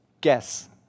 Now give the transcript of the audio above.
Guess